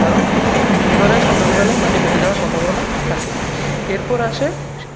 কারণ পুনরায় সকালবেলায় মাটি ফেটে যাওয়ার সম্ভাবনা থাকে এরপর আসে